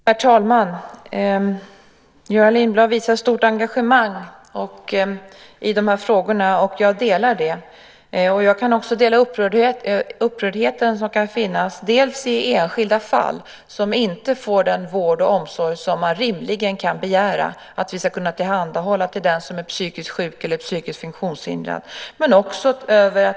Herr talman! Göran Lindblad visar stort engagemang i de här frågorna. Jag delar det. Jag kan också dela upprördheten som finns i enskilda fall som inte får den vård och omsorg som man rimligen kan begära att vi ska kunna tillhandahålla till den som är psykiskt sjuk eller psykiskt funktionshindrad.